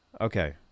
okay